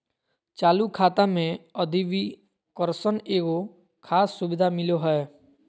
चालू खाता मे अधिविकर्षण एगो खास सुविधा मिलो हय